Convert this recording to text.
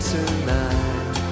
Tonight